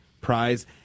prize